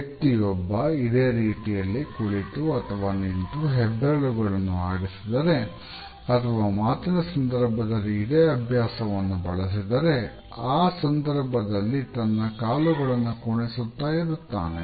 ವ್ಯಕ್ತಿಯೊಬ್ಬ ಇದೇ ರೀತಿಯಲ್ಲಿ ಕುಳಿತು ಅಥವಾ ನಿಂತು ಹೆಬ್ಬೆರಳುಗಳನ್ನು ಆಡಿಸಿದರೆ ಅಥವಾ ಮಾತಿನ ಸಂದರ್ಭದಲ್ಲಿ ಇದೇ ಅಭ್ಯಾಸವನ್ನು ಬಳಸಿದರೆ ಆ ಸಂದರ್ಭದಲ್ಲಿ ತನ್ನ ಕಾಲುಗಳನ್ನು ಕುಣಿಸುತ್ತಾ ಇರುತ್ತಾನೆ